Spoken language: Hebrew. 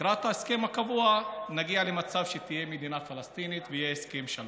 לקראת ההסכם הקבוע נגיע למצב שתהיה מדינה פלסטינית ויהיה הסכם שלום.